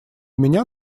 меня